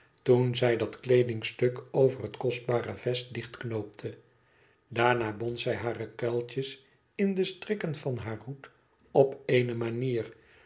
toen zij dat kleedmgstuk over het kostbare vest dichtknoopte daarna bond zij hare kuiltjes in de strikken van haar hoed op eene manier